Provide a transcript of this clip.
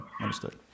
understood